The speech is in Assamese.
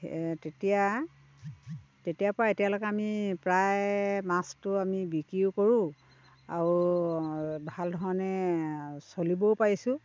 তেতিয়া তেতিয়াৰ পৰা এতিয়ালৈকে আমি প্ৰায় মাছটো আমি বিক্ৰীও কৰোঁ আৰু ভাল ধৰণে চলিবও পাৰিছোঁ